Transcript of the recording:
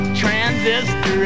transistor